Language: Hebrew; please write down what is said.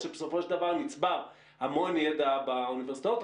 שבסופו של דבר נצבר המון ידע באוניברסיטאות.